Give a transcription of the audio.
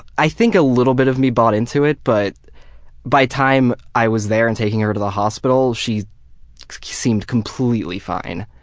i think a little bit of me bought into it, but by the time i was there and taking her to the hospital she seemed completely fine,